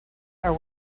are